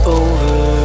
over